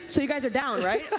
so you guys are down, right?